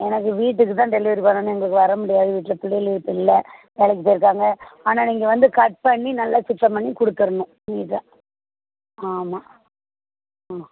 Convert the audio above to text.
எனக்கு வீட்டுக்கு தான் டெலிவரி பண்ணணும் எங்களுக்கு வர முடியாது வீட்டில் பிள்ளைகளு இப்போ இல்லை வேலைக்கு போயிருக்காங்க ஆனால் நீங்கள் வந்து கட் பண்ணி நல்லா சுத்தம் பண்ணி கொடுத்துட்ணும் நீட்டாக ஆமாம் ஆ